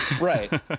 Right